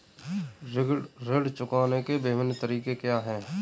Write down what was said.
ऋण चुकाने के विभिन्न तरीके क्या हैं?